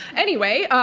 anyway,